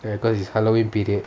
ya secondary it's halloween period